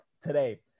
today